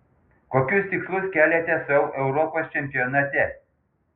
kokius tikslus keliate sau europos čempionate